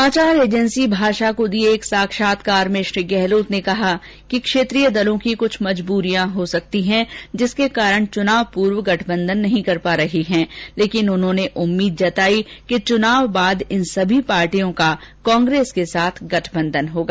समाचार एजेंसी भाषा को दिए एक साक्षात्कार में गहलोत ने कहा कि क्षेत्रीय दलों की कुछ मजबूरियां हो सकती हैं जिसके कारण चुनाव पूर्व गठबंधन नहीं कर पा रही हैं लेकिन उन्होंने उम्मीद जताई कि चुनाव बाद इन सभी पार्टियों का कांग्रेस के साथ गठबंध होगा